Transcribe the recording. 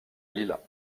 lilas